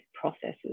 processes